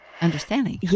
understanding